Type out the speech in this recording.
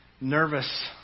nervous